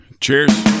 Cheers